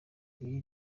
ibi